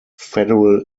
federal